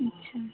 अच्छा